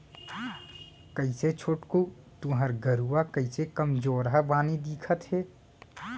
कइसे छोटकू तुँहर गरूवा कइसे कमजोरहा बानी दिखत हे